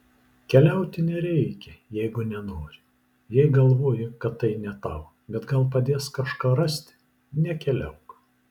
keliauti nereikia jeigu nenori jei galvoji kad tai ne tau bet gal padės kažką rasti nekeliauk